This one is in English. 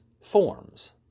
forms